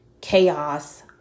chaos